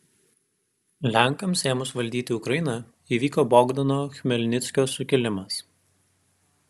lenkams ėmus valdyti ukrainą įvyko bogdano chmelnickio sukilimas